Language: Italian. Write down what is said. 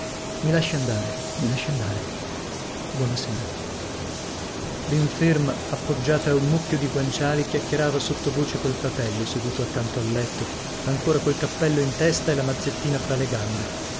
mi lasci andare mi lasci andare buona sera linferma appoggiata a un mucchio di guanciali chiacchierava adagio adagio col fratello seduto accanto al letto ancora col cappello in testa e la mazzettina fra le gambe